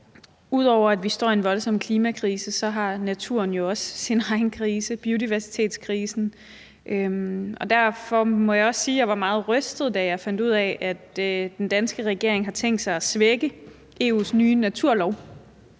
Ud over at vi står i en voldsom klimakrise, har naturen jo også sin egen krise, biodiversitetskrisen. Derfor må jeg sige, at jeg var meget rystet, da jeg fandt ud af, at den danske regering har tænkt sig at svække EU's nye naturlov